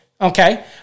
okay